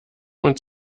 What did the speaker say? und